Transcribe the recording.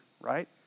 right